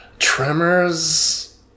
Tremors